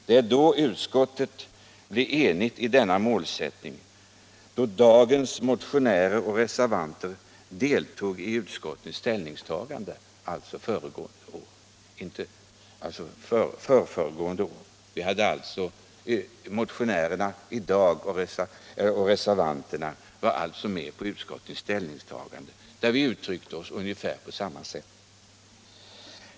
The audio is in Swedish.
Det var då utskottet blev enigt i denna målsättning, och dagens motionärer och reservanter deltog i utskottets ställningstagande. Motionärerna och reservanterna i dag var alltså med på utskottets ställningstagande när vi uttryckte oss ungefär på samma sätt.